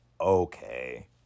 okay